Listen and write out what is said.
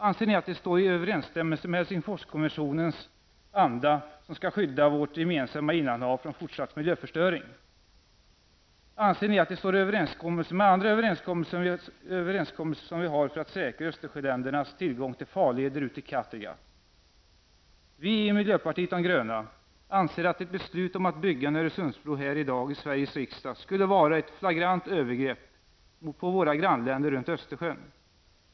Anser ni att det står i överensstämmelse med Helsingforskonventionen, som skall skydda vårt gemensamma innanhav från fortsatt miljöförstöring? Anser ni att det står i överensstämmelse med andra överenskommelser som skall säkra Östersjöländernas tillgång till farleder ut till Kattegatt? Vi i miljöpartiet de gröna anser att ett beslut här i dag i Sveriges riksdag om att bygga en Öresundsbro skulle vara ett flagrant övergrepp på våra grannländer runt Östersjön.